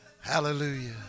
Hallelujah